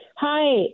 Hi